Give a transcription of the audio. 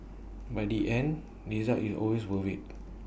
but the end result is always worth IT